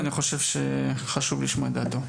אני חשוב שחשוב לשמוע את דעתו,